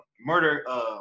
murder